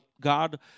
God